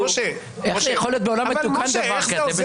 איך יכול להיות בעולם מתוקן דבר כזה?